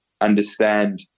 understand